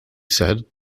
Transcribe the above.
said